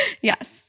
Yes